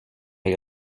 est